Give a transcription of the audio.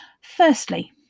Firstly